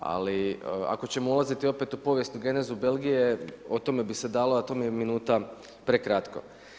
Ali, ako ćemo ulaziti opet u povijest i genezu Belgije, o tome bi se dalo, a to mi je minuta prekratko.